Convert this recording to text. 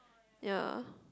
ye